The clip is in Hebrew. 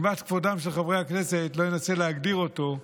מפאת כבודם של חברי הכנסת לא אנסה להגדיר אותו,